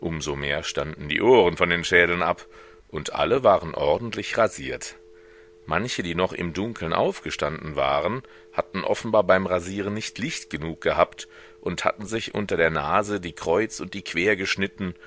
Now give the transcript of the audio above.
um so mehr standen die ohren von den schädeln ab und alle waren ordentlich rasiert manche die noch im dunkeln aufgestanden waren hatten offenbar beim rasieren nicht licht genug gehabt und hatten sich unter der nase die kreuz und die quer geschnitten